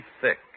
thick